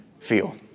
feel